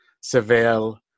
Seville